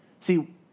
See